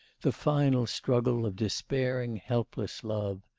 the final struggle of despairing, helpless love.